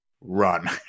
run